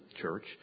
church